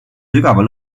sügava